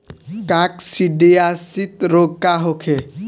काकसिडियासित रोग का होखे?